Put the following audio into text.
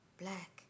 Black